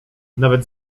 nawet